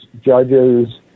judges